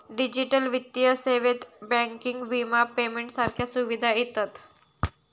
digital वित्तीय सेवेत banking, विमा, पेमेंट सारख्या सुविधा येतत